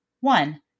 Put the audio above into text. one